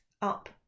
up